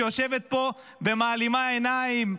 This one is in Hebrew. שיושבת פה ומעלימה עיניים.